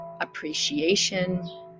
appreciation